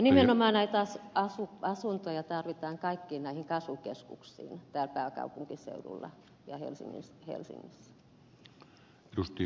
nimenomaan näitä asuntoja tarvitaan kaikkiin näihin kasvukeskuksiin täällä pääkaupunkiseudulla ja helsingissä